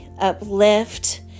uplift